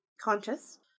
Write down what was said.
conscious